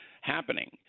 happening